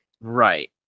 Right